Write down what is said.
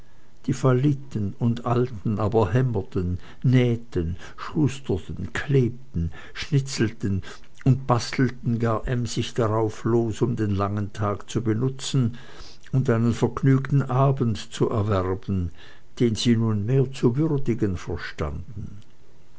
die falliten und alten aber hämmerten näheten schusterten klebten schnitzelten und bastelten gar emsig darauflos um den langen tag zu benutzen und einen vergnügten abend zu erwerben den sie nunmehr zu würdigen verstanden